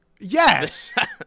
Yes